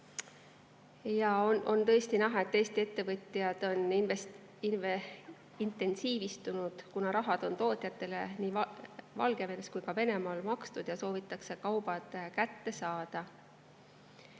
On tõesti näha, et Eesti ettevõtjad on intensiivistunud, kuna rahad on tootjatele nii Valgevenes kui ka Venemaal makstud ja soovitakse kaup kätte saada.